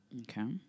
Okay